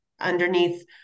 underneath